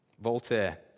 Voltaire